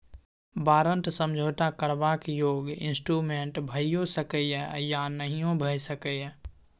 बारंट समझौता करबाक योग्य इंस्ट्रूमेंट भइयो सकै यै या नहियो भए सकै यै